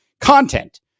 content